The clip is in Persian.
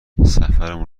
سفرمون